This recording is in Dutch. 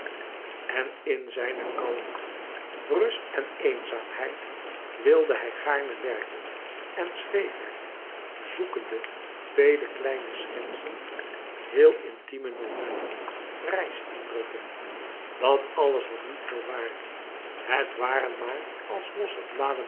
en in zijne kalmte rust en eenzaamheid wilde hij gaarne werken en schreef hij zoekende vele kleine schetsen heel intieme novellen reisindrukken dat alles had niet veel waarde het waren maar als losse bladen